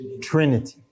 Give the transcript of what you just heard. Trinity